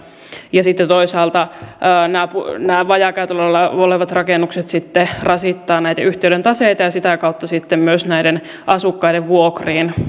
ja sitten toisaalta nämä vajaakäytöllä olevat rakennukset rasittavat näiden yhtiöiden taseita ja sitä kautta sitten myös näiden asukkaiden vuokria